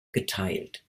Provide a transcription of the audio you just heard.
geteilt